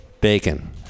Bacon